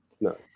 No